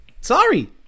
Sorry